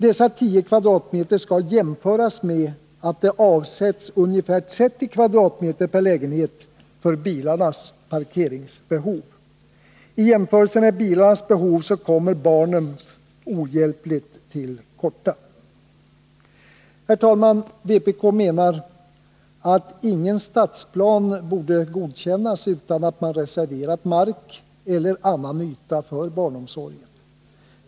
Dessa 10 m? skall jämföras med att det avsätts ungefär 30 m? per lägenhet för bilarnas ”parkeringsbehov”. I jämförelse med bilarnas behov kommer barnens ohjälpligt till korta. Herr talman! Vpk menar att ingen stadsplan borde godkännas utan att man reserverat mark eller annan yta för barnomsorgen.